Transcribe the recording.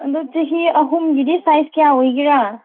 ꯑꯗꯨ ꯆꯍꯤ ꯑꯍꯨꯝꯒꯤꯗꯤ ꯁꯥꯏꯖ ꯀꯌꯥ ꯑꯣꯏꯒꯦꯔꯥ